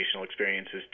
experiences